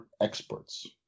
experts